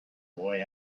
boy